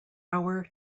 hour